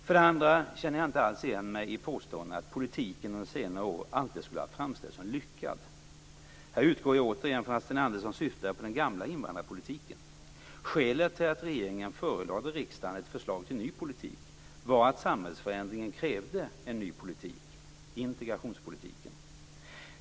För det andra känner jag inte alls igen mig i påståendet att politiken under senare år alltid skulle ha framställts som "lyckad" - här utgår jag återigen från att Sten Andersson syftar på den gamla invandrarpolitiken. Skälet till att regeringen förelade riksdagen ett förslag till ny politik var att samhällsförändringen krävde en ny politik, integrationspolitiken.